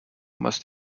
must